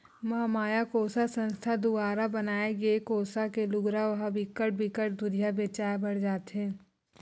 महमाया कोसा संस्था दुवारा बनाए गे कोसा के लुगरा ह बिकट बिकट दुरिहा बेचाय बर जाथे